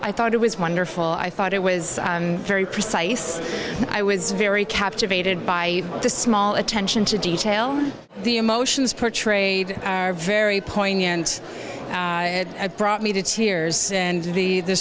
i thought it was wonderful i thought it was very precise i was very captivated by the small attention to detail the emotions portrayed are very poignant at brought me to tears and the the